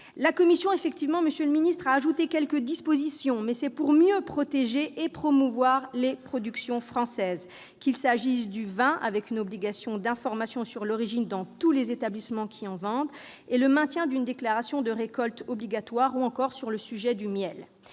La commission a effectivement ajouté quelques dispositions, mais c'est pour mieux protéger et promouvoir les productions françaises, qu'il s'agisse du vin, avec une obligation d'information sur l'origine dans tous les établissements qui en vendent et le maintien d'une déclaration de récolte obligatoire, ou encore du miel.